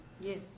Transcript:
Yes